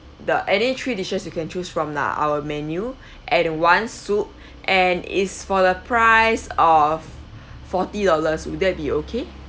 the any three dishes you can choose from lah our menu and one soup and is for the price of forty dollars would that be okay